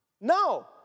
No